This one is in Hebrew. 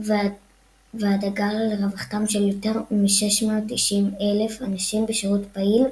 הצטיידות והדאגה לרווחתם של יותר מ-690,000 אנשים בשירות פעיל,